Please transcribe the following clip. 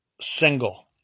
single